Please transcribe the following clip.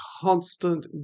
constant